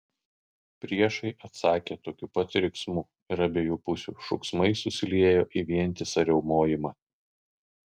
priešai atsakė tokiu pat riksmu ir abiejų pusių šūksmai susiliejo į vientisą riaumojimą